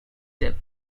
dip